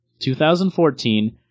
2014